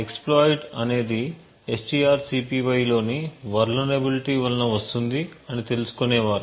X ప్లాయిట్ అనేది stycpy లోని vulnerability వలన వస్తుంది అని తెలుసుకునేవారు